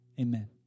Amen